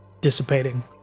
dissipating